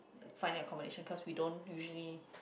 finding accommodation cause we don't usually